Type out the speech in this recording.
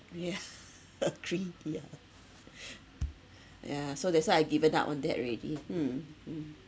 yeah agree yeah yeah so that's why I've given up on that already mm mm